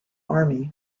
army